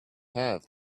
have